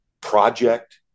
project